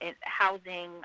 housing